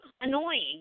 annoying